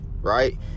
right